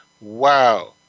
Wow